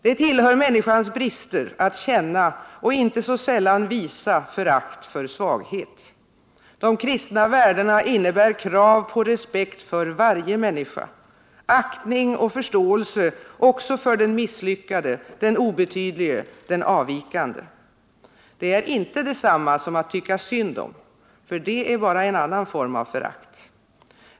Det tillhör människans brister att känna och inte så sällan visa förakt för svaghet. De kristna värdena innebär krav på respekt för varje människa, aktning och förståelse också för den misslyckade, den obetydlige, den avvikande. Det är inte detsamma som att tycka synd om — det är bara en annan form av förakt.